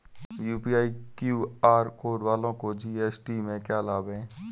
UPI QR code वालों को GST में लाभ क्या है?